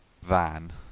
van